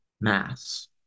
mass